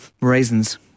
raisins